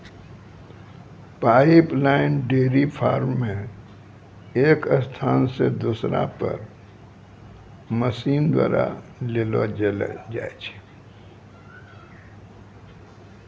pipeline dairy farm मे एक स्थान से दुसरा पर मशीन द्वारा ले जैलो जाय छै